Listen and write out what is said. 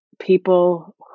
people